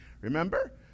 Remember